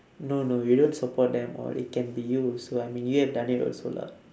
no no you don't support them or it can be you also I mean you have done it also lah